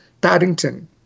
Paddington